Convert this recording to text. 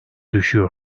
düşüyor